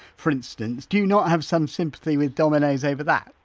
for instance, do you not have some sympathy with domino's over that?